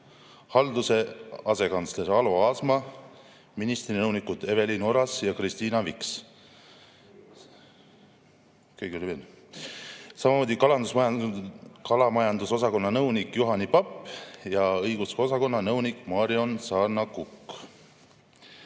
halduse asekantsler Alo Aasma, ministri nõunikud Evelin Oras ja Kristiina Viks, samuti kalamajandusosakonna nõunik Juhani Papp ja õigusosakonna nõunik Marion Saarna‑Kukk.